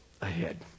ahead